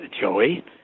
Joey